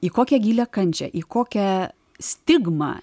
į kokią gilią kančią į kokią stigmą